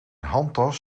handtas